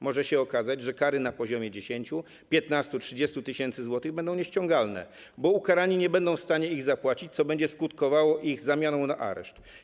Może się okazać, że kary na poziomie 10, 15 czy 30 tys. zł będą nieściągalne, bo ukarani nie będą w stanie ich zapłacić, co będzie skutkowało ich zamianą na areszt.